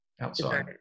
outside